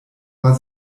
war